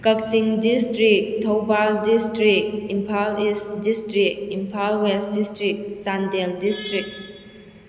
Kakching district Thoubal district Imphal east district Imphal west district Chandel district